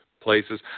places